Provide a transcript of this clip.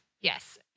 Yes